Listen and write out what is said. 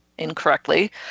incorrectly